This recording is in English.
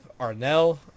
Arnell